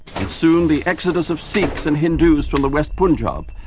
and soon the exodus of sikhs and hindus from the west punjab,